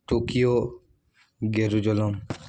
Tokyo Jerusalem